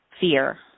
fear